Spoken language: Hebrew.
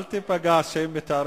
אל תיפגע שהם מתארים,